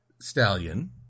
stallion